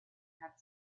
had